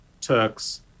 Turks